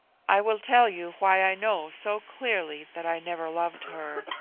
i will tell you why i know so clearly that i never loved her.